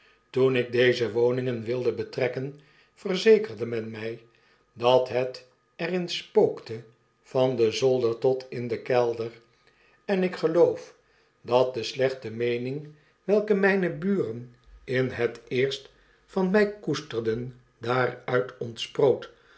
toen ik deze woning wilde betrekken verzekerde men mij dat het er in spookte van den zolder tot in den kelder en ik geloof dat de sleehte meening welke mijne buren in het eerst van my koesterden daaruit